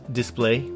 display